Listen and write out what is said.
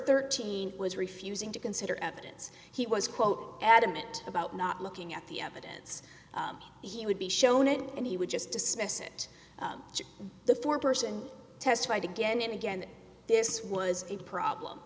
thirteen was refusing to consider evidence he was quote adamant about not looking at the evidence he would be shown and he would just dismiss it to the foreperson testified again and again this was a problem